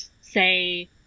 say